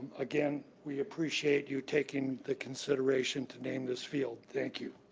again, we appreciate you taking the consideration to name this field, thank you.